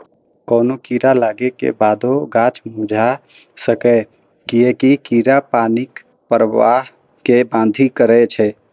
कोनो कीड़ा लागै के बादो गाछ मुरझा सकैए, कियैकि कीड़ा पानिक प्रवाह कें बाधित करै छै